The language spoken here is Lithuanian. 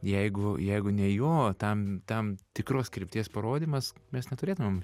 jeigu jeigu ne jo tam tam tikros krypties parodymas mes neturėtumėm